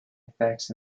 effects